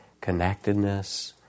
connectedness